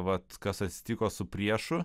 vat kas atsitiko su priešu